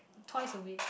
twice a week